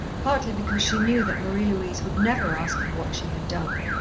partly because she knew that marie-louise would never ask her what she had done,